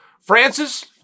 Francis